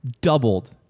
doubled